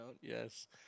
yes